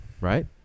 Right